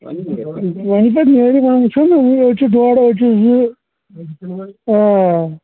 وۄنۍ کتہِ نیرِ وۄنۍ وُچھو نا أڈۍ چھِ ڈۄڈ أڈۍ چھ زٕ آ